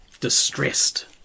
Distressed